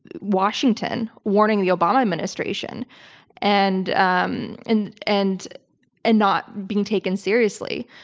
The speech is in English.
washington, warning the obama administration and um and and and not being taken seriously.